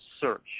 search